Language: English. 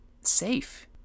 safe